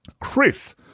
Chris